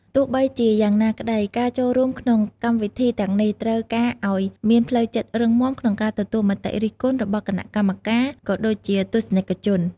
ទោះបីជាយ៉ាងណាក្តី ការចូលរួមក្នុងកម្មវិធីទាំងនេះត្រូវការឲ្យមានផ្លូវចិត្តរឹងមាំក្នុងការទទួលមតិរិះគន់របស់គណៈកម្មការ ក៏ដូចជាទស្សនិកជន។